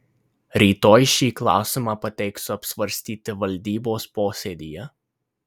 rytoj šį klausimą pateiksiu apsvarstyti valdybos posėdyje